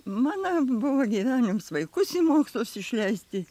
mano buvo gyvenimas vaikus į mokslus išleisti